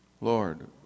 Lord